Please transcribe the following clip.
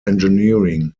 engineering